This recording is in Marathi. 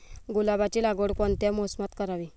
गुलाबाची लागवड कोणत्या मोसमात करावी?